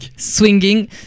Swinging